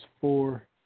four